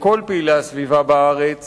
לכל פעילי הסביבה בארץ